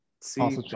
see